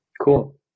Cool